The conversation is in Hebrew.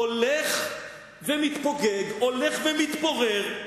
הולך ומתפוגג, הולך ומתפורר.